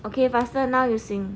okay faster now you sing